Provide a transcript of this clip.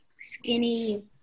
skinny